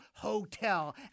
Hotel